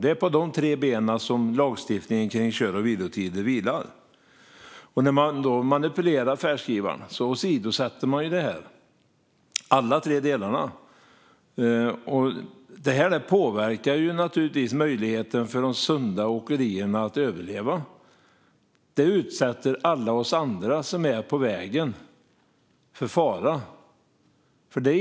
Det är på de tre benen som lagstiftningen om kör och vilotider vilar. När man manipulerar färdskrivaren åsidosätter man alla tre delarna. Detta påverkar naturligtvis möjligheten för de sunda åkerierna att överleva. Det gör att alla vi andra som är på vägen utsätts för fara.